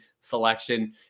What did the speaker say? selection